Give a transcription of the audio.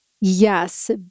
yes